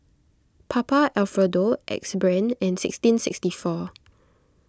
Papa Alfredo Axe Brand and sixteen sixty four